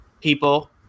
people